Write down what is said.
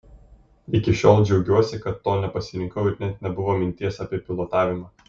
iki šiol džiaugiuosi kad to nepasirinkau ir net nebuvo minties apie pilotavimą